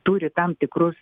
turi tam tikrus